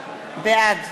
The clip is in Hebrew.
בעד